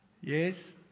Yes